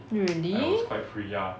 really